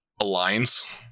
aligns